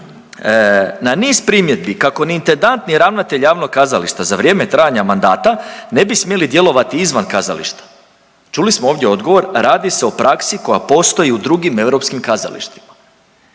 na niz primjedbi kako ni intendant ni ravnatelj javnog kazališta za vrijeme trajanja mandata ne bi smjeli djelovati izvan kazališta. Čuli smo ovdje odgovor radi se o praksi koja postoji u drugim europskim kazalištima